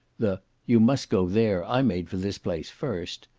the you must go there, i made for this place first,